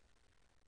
אותנו.